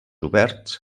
coberts